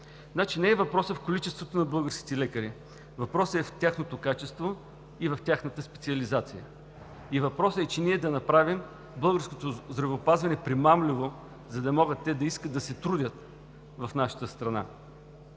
Значи, не е въпросът в количеството на българските лекари, а въпросът е в тяхното качество и тяхната специализация. Въпросът е ние да направим българското здравеопазване примамливо, за да могат те да искат да се трудят в нашата страна.